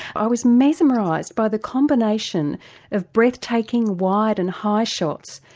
i was mesmerised by the combination of breathtaking wide and high shots,